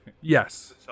Yes